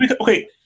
okay